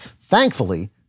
Thankfully